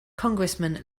congressman